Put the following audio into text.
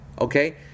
Okay